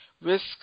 Risk